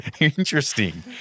interesting